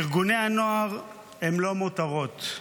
ארגוני הנוער הם לא מותרות,